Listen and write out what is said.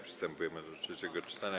Przystępujemy do trzeciego czytania.